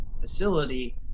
facility